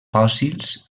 fòssils